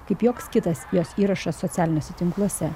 kaip joks kitas jos įrašas socialiniuose tinkluose